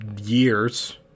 years